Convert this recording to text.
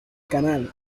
canal